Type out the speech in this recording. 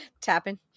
tapping